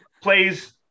plays